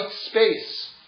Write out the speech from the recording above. space